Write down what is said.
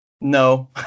No